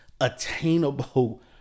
attainable